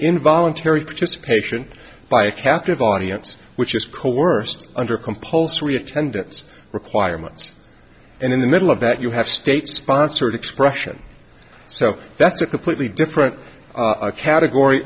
involuntary participation by a captive audience which is coerced under compulsory attendance requirements and in the middle of that you have state sponsored expression so that's a completely different